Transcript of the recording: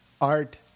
Art